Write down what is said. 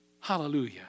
Hallelujah